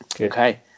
okay